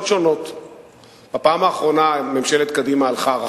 ומה הדרך